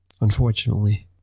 Unfortunately